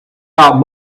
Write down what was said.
out